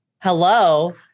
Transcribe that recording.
hello